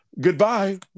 goodbye